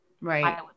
Right